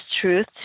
truth